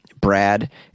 Brad